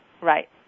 right